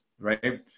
right